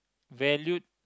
valued